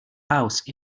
house